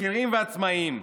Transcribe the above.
שכירים ועצמאים,